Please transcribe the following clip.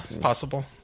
possible